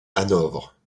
hanovre